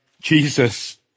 Jesus